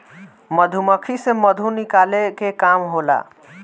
मधुमक्खी से मधु निकाले के काम होला